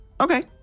Okay